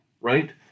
right